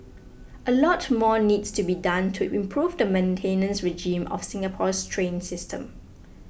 a lot more needs to be done to improve the maintenance regime of Singapore's train system